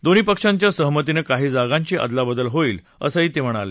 दोन्ही पक्षांच्या सहमतीनं काही जागांची आदलाबदल होईल असं ते म्हणाले